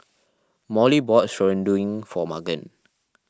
Molly bought for Magan